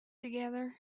together